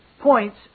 points